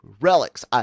relics